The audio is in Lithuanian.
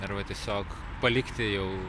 arba tiesiog palikti jau